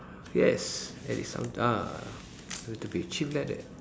yes at least I'm ah good to be chief like that